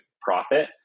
profit